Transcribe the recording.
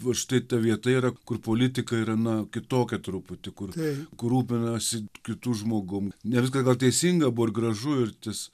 va štai ta vieta yra kur politika yra na kitokia truputį kur kur rūpinasi kitu žmogum ne viskas gal teisinga buvo ir gražu ir tas